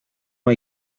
hay